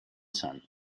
son